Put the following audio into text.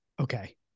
Okay